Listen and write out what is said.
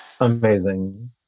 amazing